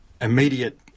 immediate